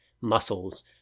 muscles